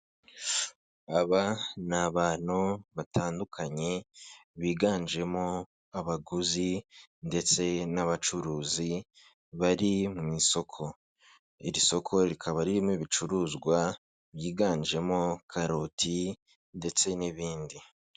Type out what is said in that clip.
Aba ni abantu batandukanye biganjemo abaguzi ndetse n'abacuruzi bari mu isoko. Iri soko rikaba ririmo ibicuruzwa byiganjemo karoti ndetse n'ibindi.